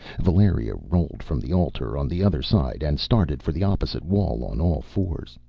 valeria rolled from the altar on the other side, and started for the opposite wall on all fours.